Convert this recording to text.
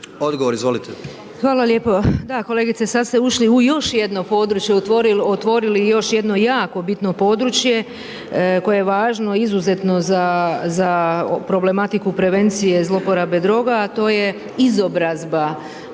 Odgovor izvolite. **Bedeković, Vesna (HDZ)** Da, kolegice sada ste ušli u još jedno područje, otvorili još jedno jako bitno područje koje je važno, izuzetno za problematiku prevencije zlouporabe droga a to je izobrazba